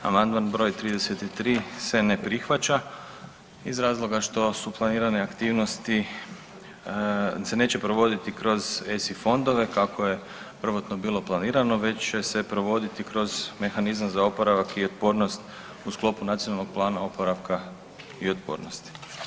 Amandman br. 33 se ne prihvaća iz razloga što su planirane aktivnosti se neće provoditi kroz ESI fondove, kako je prvotno bilo planirano već će se provoditi kroz mehanizam za oporavak i otpornost u sklopu Nacionalnog plana oporavka i otpornosti.